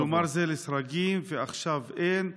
כלומר זה לסירוגין ועכשיו אין,